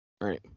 right